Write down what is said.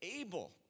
able